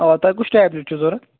آ تۄہہِ کُس ٹیبلِٹ چھُ ضروٗرَت